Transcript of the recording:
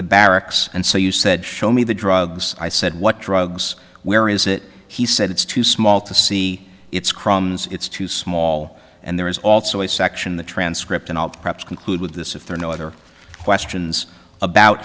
the barracks and so you said show me the drugs i said what drugs where is it he said it's too small to see it's crumbs it's too small and there is also a section in the transcript and i'll conclude with this if there are no other questions about